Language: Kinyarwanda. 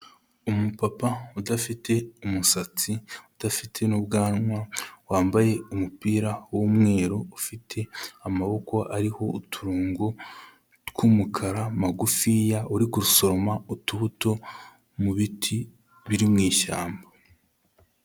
Umupapa udafite umusatsi, udafite n'ubwanwa wambaye umupira w'umweru ufite amaboko ariho uturongo tw'umukara magufiya uri gusoroma, utubuto mu biti biri mu ishyamba.